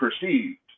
perceived